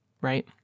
Right